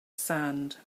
sand